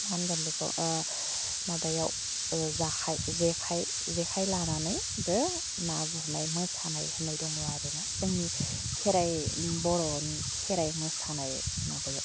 मा होनगोन बेखौ माबायाव जाखाय जेखाय जेखाय लानानैबो ना गुरनाय मोसानाय होन्नाय दङ आरोना जोंनि खेराइ बर'नि खेराइ मोसानाय माबायाव